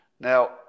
Now